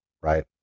right